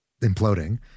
imploding